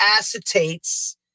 acetates